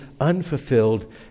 unfulfilled